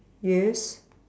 yes